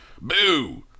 Boo